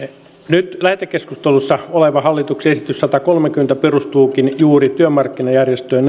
nyt lähetekeskustelussa oleva hallituksen esitys sadankolmenkymmenen perustuukin juuri työmarkkinajärjestöjen